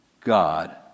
God